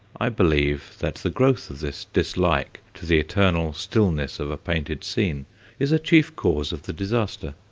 i believe that the growth of this dislike to the eternal stillness of a painted scene is a chief cause of the disaster.